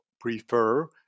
prefer